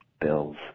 Bill's